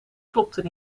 klopten